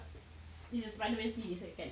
spiderman series lah kan